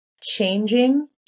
changing